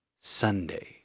Sunday